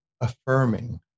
affirming